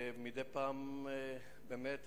בעוטף-עזה, מוכר לך, אדוני השר.